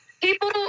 people